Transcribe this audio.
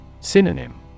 Synonym